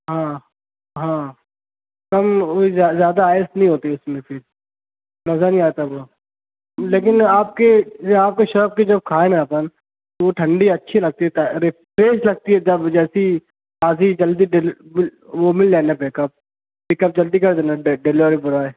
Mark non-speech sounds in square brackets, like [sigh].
ہاں ہاں کم وہ زیادہ زیادہ آئس نہیں ہوتی اس میں پھر مزہ نہیں آتا وہ لیکن آپ کے آپ کے شاپ کی جب کھائے نا اپن وہ ٹھنڈی اچھی لگتی [unintelligible] ٹیسٹ لگتی ہے جب جیسی تازی جلدی وہ مل جائے نا بیکپ پک اپ جلدی کر دے نا ڈیلیوری بروائے